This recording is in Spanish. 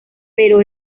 pero